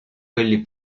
quelli